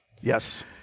Yes